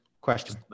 Question